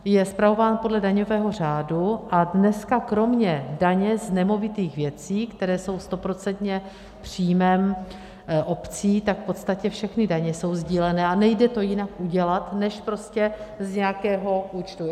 Je spravován podle daňového řádu a dnes kromě daně z nemovitých věcí, které jsou stoprocentně příjmem obcí, tak v podstatě všechny daně jsou sdílené a nejde to jinak udělat než prostě z nějakého účtu.